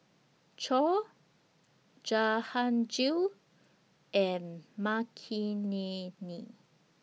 Choor Jahangir and Makineni